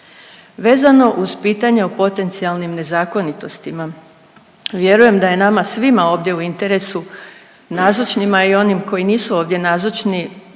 Vezano uz pitanje o potencijalnim nezakonitostima, vjerujem da je nama svima ovdje u interesu, nazočnima i onim koji nisu ovdje nazočni